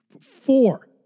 four